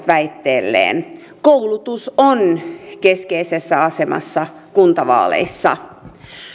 väitteelleen koulutus on keskeisessä asemassa kuntavaaleissa